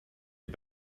had